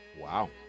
wow